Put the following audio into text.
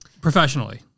Professionally